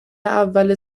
اول